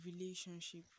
relationship